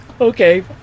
okay